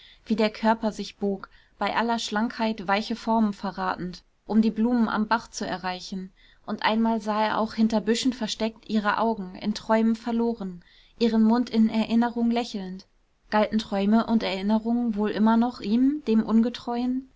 wie der körper sich bog bei aller schlankheit weiche formen verratend um die blumen am bach zu erreichen und einmal sah er auch hinter büschen versteckt ihre augen in träumen verloren ihren mund in erinnerung lächelnd galten träume und erinnerungen wohl immer noch ihm dem ungetreuen